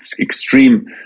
extreme